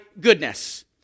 goodness